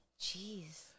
jeez